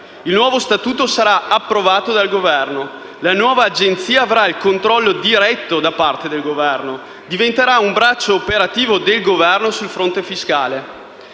Il nuovo statuto sarà approvato dal Governo. La nuova Agenzia avrà il controllo diretto da parte del Governo, diventerà un braccio operativo del Governo sul fronte fiscale.